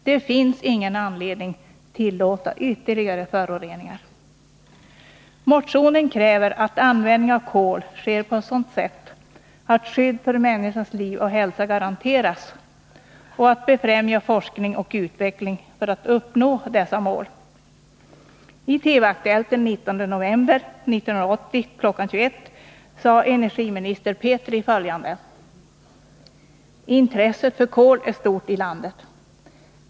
Det finns ingen anledning att tillåta ytterligare föroreningar. I motionen krävs att användning av kol sker på ett sådant sätt att skydd för människors liv och hälsa garanteras samt att forskning och utveckling för att uppnå dessa mål befrämjas. I TV-Aktuellt den 18 november 1980 kl. 21.00 sade energiminister Petri följande: ”Intresset för kol är stort i landet.